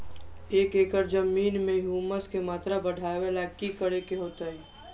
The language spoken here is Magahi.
एक एकड़ जमीन में ह्यूमस के मात्रा बढ़ावे ला की करे के होतई?